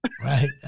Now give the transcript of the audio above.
Right